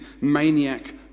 maniac